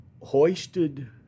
hoisted